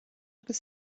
agus